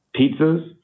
pizzas